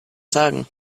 sagen